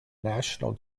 national